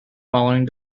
following